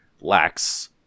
lacks